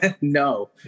no